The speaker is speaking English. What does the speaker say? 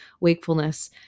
Wakefulness